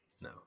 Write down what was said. No